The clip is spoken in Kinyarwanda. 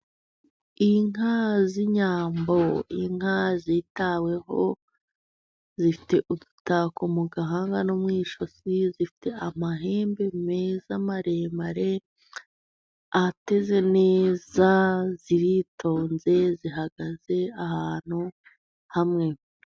Inka z'inyambo, inka zitaweho zifite udutako mu gahanga no mu ijosi, zifite amahembe meza maremare ateze neza. Ziritonze zihagaze ahantu hamwe.